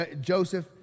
Joseph